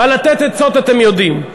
אבל לתת עצות אתם יודעים.